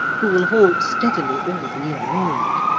who will haunt steadily all the year round